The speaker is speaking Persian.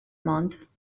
ماند